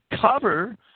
cover